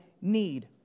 need